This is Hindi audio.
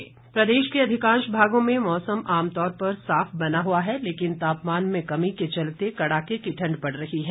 मौसम प्रदेश के अधिकांश भागों में मौसम आमतौर पर साफ बना हुआ है लेकिन तापमान में कमी के चलते गिरावट के चलते कड़ाके की ठंड पड़ रही है